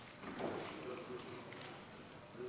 חברי חברי הכנסת, אדוני